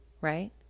right